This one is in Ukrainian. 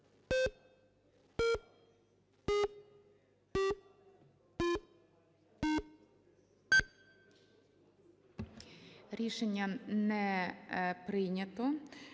Рішення не прийнято.